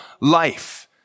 life